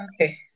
Okay